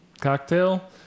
cocktail